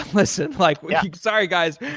listen, like yeah sorry guys.